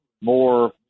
more